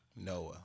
Noah